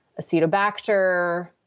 Acetobacter